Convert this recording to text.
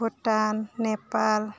Bhutan Nepal